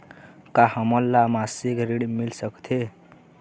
का हमन ला मासिक ऋण मिल सकथे?